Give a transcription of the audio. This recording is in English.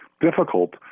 difficult